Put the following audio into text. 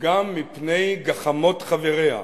גם מפני גחמות חבריה.